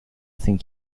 think